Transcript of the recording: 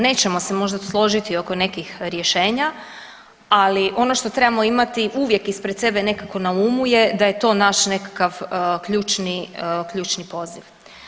Nećemo se možda složiti oko nekih rješenja, ali ono što trebamo imati uvijek ispred sebe nekako na umu je da je to naš nekakav ključni poziv.